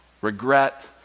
regret